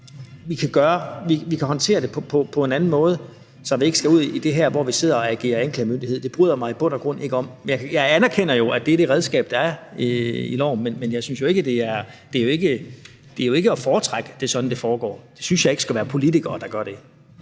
at håndtere det på, så vi ikke skal ud i det her, hvor vi sidder og agerer anklagemyndighed, hvilket jeg i bund og grund ikke bryder mig om, men jeg anerkender jo, at det er det redskab, der er i loven, men jeg synes jo ikke, det er at foretrække, at det er sådan, det foregår. Jeg synes ikke, det skal være politikere, der gør det.